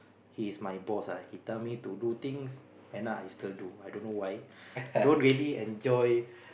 he is my boss uh he tell me to do things and I still do I don't know why don't really enjoy